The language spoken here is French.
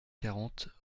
quarante